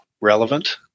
relevant